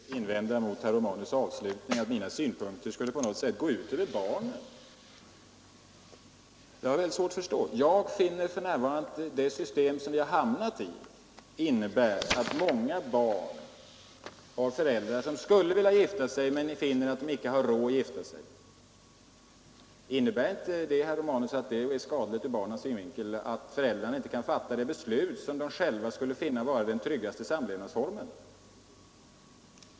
Herr talman! Jag vill bara invända mot herr Romanus avslutning, att mina synpunkter skulle på något sätt gå ut över barnen. Jag har väldigt svårt att förstå det. Jag har funnit att det system som vi har hamnat i innebär att många barn har föräldrar som skulle vilja gifta sig men som finner att de icke har råd att göra det. Innebär inte det, herr Romanus, att det är skadligt ur barnens synvinkel att föräldrarna inte kan fatta beslut om det som de själva skulle finna vara den tryggaste samlevnadsformen?